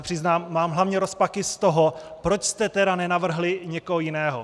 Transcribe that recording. Přiznám se, že mám hlavně rozpaky z toho, proč jste tedy nenavrhli někoho jiného.